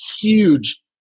huge